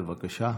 בבקשה.